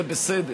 זה בסדר.